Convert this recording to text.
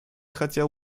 хотела